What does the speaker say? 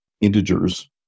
integers